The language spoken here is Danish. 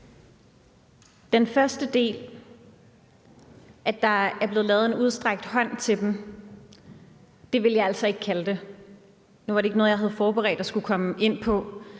den første del, at der er blevet givet en udstrakt hånd til dem, vil jeg sige, at det vil jeg altså ikke kalde det. Nu var det ikke noget, jeg havde forberedt at skulle komme ind på,